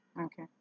Okay